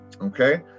Okay